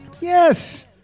Yes